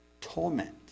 torment